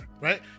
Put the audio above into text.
right